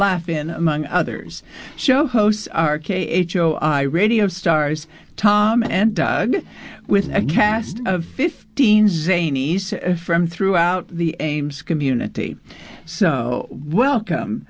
laugh in among others show hosts r k h o i radio stars tom and doug with a cast of fifteen zany from throughout the ames community so welcome